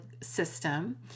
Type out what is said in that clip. system